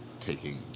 taking